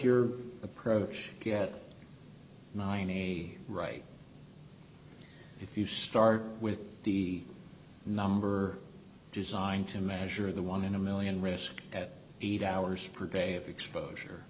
your approach mine a right if you start with the number designed to measure the one in a one million risk at eight hours per day of exposure